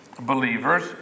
believers